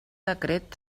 decret